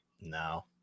No